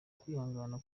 kwihangana